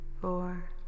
four